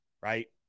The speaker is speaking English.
right